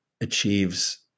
achieves